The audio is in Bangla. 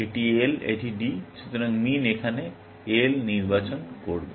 এটি L এটি D সুতরাং min এখানে L নির্বাচন করবে